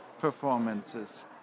performances